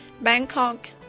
Bangkok